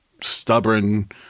stubborn